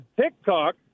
tiktok